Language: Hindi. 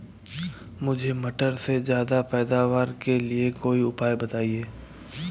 मुझे मटर के ज्यादा पैदावार के लिए कोई उपाय बताए?